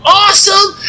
awesome